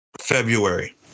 February